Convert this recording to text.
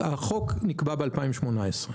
החוק נקבע ב-2108,